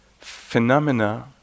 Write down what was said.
phenomena